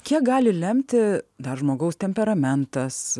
kiek gali lemti dar žmogaus temperamentas